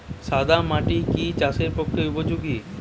সাদা মাটি কি চাষের পক্ষে উপযোগী?